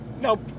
nope